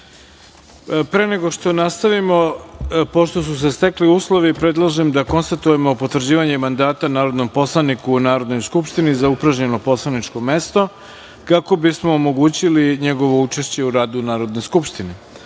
nego što nastavimo, pošto su se stekli uslovi, predlažem da konstatujemo potvrđivanje mandata narodnom poslaniku u Narodnoj skupštini za upražnjeno poslaničko mesto, kako bismo omogućili njegovo učešće u radu Narodne skupštine. Uručena